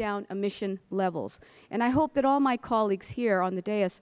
down emission levels and i hope all my colleagues here on the dais